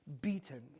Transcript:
beaten